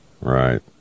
Right